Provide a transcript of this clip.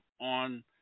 on –